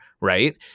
Right